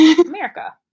America